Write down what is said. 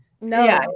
No